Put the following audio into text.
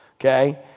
okay